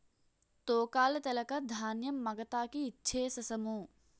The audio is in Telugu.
తూకాలు తెలక ధాన్యం మగతాకి ఇచ్ఛేససము